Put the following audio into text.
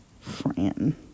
Fran